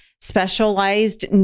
specialized